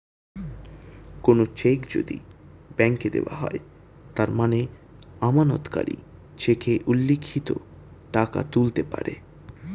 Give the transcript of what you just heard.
কোনো চেক যদি ব্যাংকে দেওয়া হয় তার মানে আমানতকারী চেকে উল্লিখিত টাকা তুলতে পারে